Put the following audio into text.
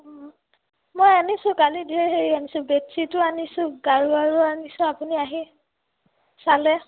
মই আনিছোঁ কালি ধেৰ হেৰি আনিছোঁ বেডছিটো আনিছোঁ গাৰুৱাৰো আনিছোঁ আপুনি আহি চালে